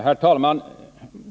Herr talman!